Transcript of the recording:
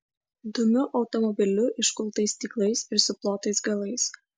dumiu automobiliu iškultais stiklais ir suplotais galais